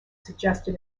suggested